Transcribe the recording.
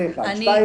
זה אחד שתיים,